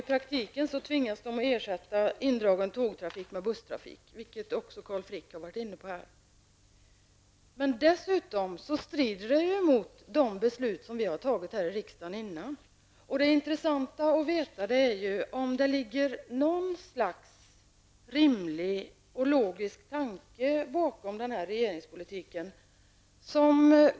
I praktiken tvingas man att ersätta indragen tågtrafik med busstrafik, vilket Carl Frick också har varit inne på här. Dessutom strider det mot de beslut som vi tidigare har fattat här i riksdagen. Det skulle vara intressant att veta om det finns någon rimlig och logisk tanke bakom den här regeringspolitiken.